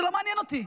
זה לא מעניין אותי.